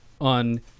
On